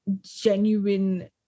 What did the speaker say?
genuine